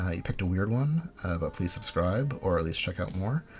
ah you picked a weird one but please subscribe, or at least check out more.